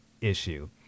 issue